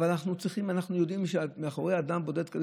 אבל אנחנו יודעים שמאחורי אדם בודד כזה,